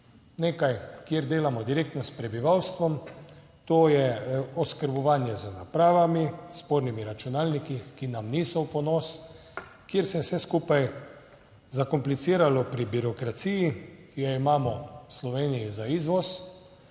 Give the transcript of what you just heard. nekaj, kjer delamo direktno s prebivalstvom, to je oskrbovanje z napravami, s spornimi računalniki, ki nam niso v ponos, kjer se je vse skupaj zakompliciralo pri birokraciji, ki jo imamo v Sloveniji za izvoz